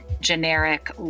generic